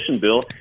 bill